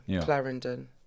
Clarendon